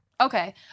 Okay